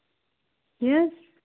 تہِ حظ